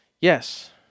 yes